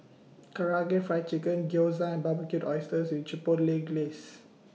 Karaage Fried Chicken Gyoza and Barbecued Oysters with Chipotle Glaze